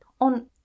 on